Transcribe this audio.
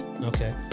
Okay